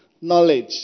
knowledge